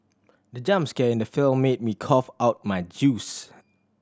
the jump scare in the film made me cough out my juice